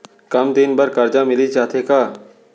कम दिन बर करजा मिलिस जाथे का?